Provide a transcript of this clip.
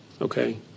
okay